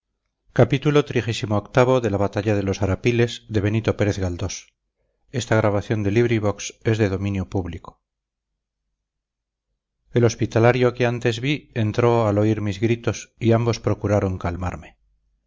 el hospitalario que antes vi entró al oír mis gritos y ambos procuraron calmarme